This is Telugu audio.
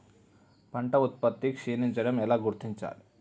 పంట ఉత్పత్తి క్షీణించడం ఎలా గుర్తించాలి?